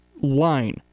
line